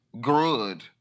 good